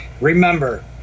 remember